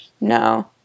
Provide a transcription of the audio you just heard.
No